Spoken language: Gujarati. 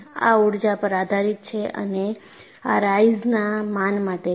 આ ઊર્જા પર આધારિત છે અને આ રાઇસના માન માટે છે